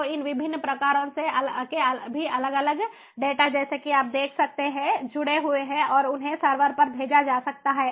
तो इन विभिन्न प्रकारों के सभी अलग अलग डेटा जैसे कि आप देख सकते हैं जुड़े हुए हैं और उन्हें सर्वर पर भेजा जाता है